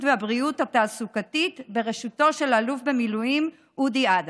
והבריאות התעסוקתית בראשותו של האלוף במילואים אודי אדם,